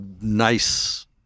nice